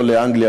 לא לאנגליה,